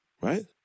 Right